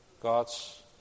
God's